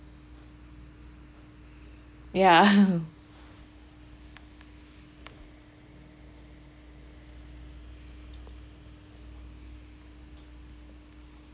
ya